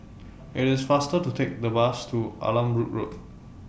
IT IS faster to Take The Bus to Allanbrooke Road